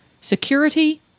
security